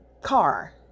car